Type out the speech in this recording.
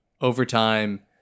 overtime